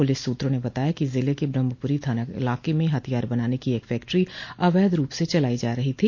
police सूत्रों ने बताया है कि ज़िले के ब्रह्मपुरी थाना इलाक़े में हथियार बनाने की एक फैक्ट्री अवैध रूप से चलाई जा रही थी